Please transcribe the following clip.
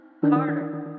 Carter